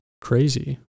crazy